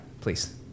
please